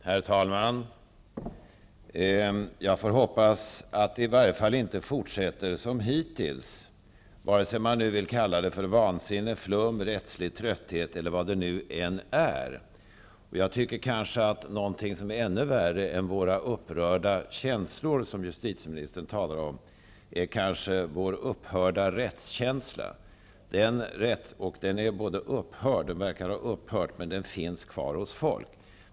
Herr talman! Jag får hoppas att det i varje fall inte fortsätter som hittills, vare sig man nu vill kalla det för vansinne, flum, rättslig trötthet eller vad det än är. Någonting som är ännu värre än våra upprörda känslor, som justitieministern talar om, är vår upphörda rättskänsla, Den verkar ha upphört, men den finns kvar hos folk.